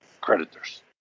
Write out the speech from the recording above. creditors